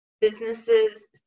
businesses